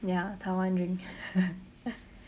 ya so I want drink